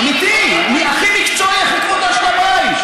אמיתי, הכי מקצועי, הכי כבודו של הבית.